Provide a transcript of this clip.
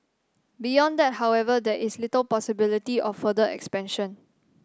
beyond that however there is little possibility of further expansion